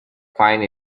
find